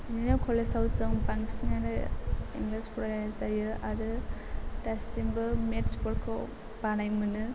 बिदिनो कलेज आव जों बांसिनानो इंलिस फरायनाय जायो आरो दासिमबो मेत्स फोरखौ बानाय मोनो